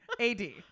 ad